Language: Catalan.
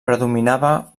predominava